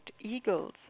eagles